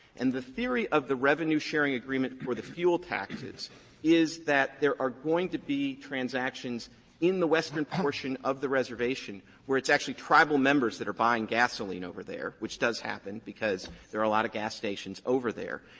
and the theory of the revenue-sharing agreement for the fuel taxes is that there are going to be transactions in the western portion of the reservation where it's actually tribal members that are buying gasoline over there, which does happen, because there are a lot of gas stations over there.